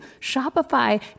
Shopify